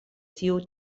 tiu